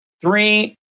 three